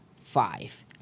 five